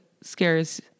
scares